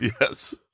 Yes